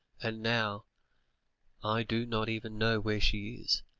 and now i do not even know where she is.